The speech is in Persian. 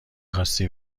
خاستی